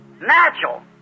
Natural